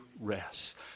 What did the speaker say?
rest